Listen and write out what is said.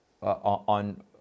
on